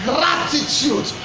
Gratitude